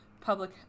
public